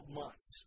months